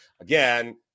Again